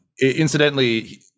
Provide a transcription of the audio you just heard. Incidentally